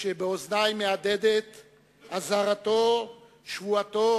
כשבאוזני מהדהדת אזהרתו, שבועתו,